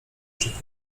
czy